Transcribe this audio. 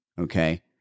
okay